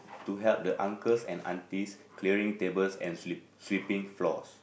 to help the uncles and aunties clearing table and sweeping floor